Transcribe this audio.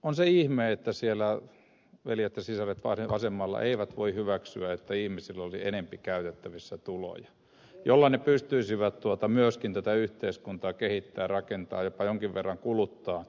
on se ihme että veljet ja sisaret siellä vasemmalla eivät voi hyväksyä että ihmisillä olisi enempi käytettävissä tuloja joilla he pystyisivät myöskin tätä yhteiskuntaa kehittämään rakentamaan jopa jonkin verran kuluttamaan